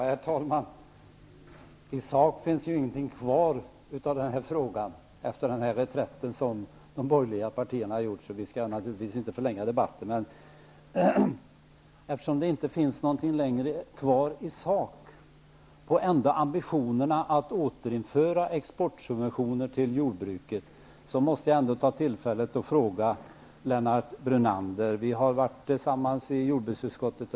Herr talman! I sak finns det ju ingenting kvar av den här frågan efter den reträtt som de borgerliga partierna har gjort, och vi skall därför naturligtvis inte förlänga debatten. Eftersom det inte längre finns något kvar i sak av ambitionerna att återinföra exportsubventioner till jordbruket, måste jag ändock begagna tillfället att ställa en fråga till Lennart Brunander. Vi har varit tillsammans under lång tid i jordbruksutskottet.